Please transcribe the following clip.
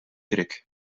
керек